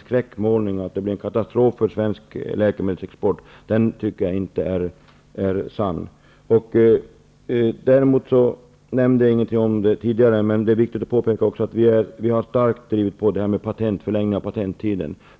Skräckmålningen att det blir katastrof för svensk läkemedelsexport tror jag inte på. Det är viktigt att påpeka att vi har starkt drivit på frågan om förlängda patienttider.